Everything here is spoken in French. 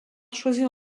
choisir